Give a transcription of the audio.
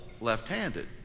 left-handed